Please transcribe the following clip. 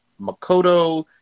Makoto